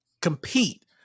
compete